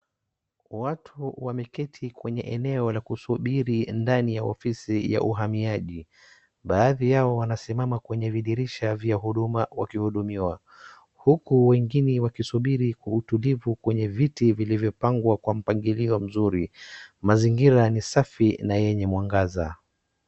Watu wameketi kwenye eneo la kusubiri ndani ya ofisi ya uhamiaji, baadhi yao wanasimama kwenye vidirisha vya huduma wakihudumiwa, huku wengine wakisubiri kwa utulivu kwenye viti vilivyo pangwa kwa mpangilio mzuri, mazingira ni safi na yenye mwangaza.